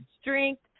strength